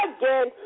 again